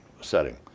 setting